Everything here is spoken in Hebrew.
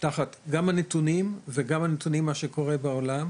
תחת גם הנתונים וגם הנתונים של מה שקורה בעולם,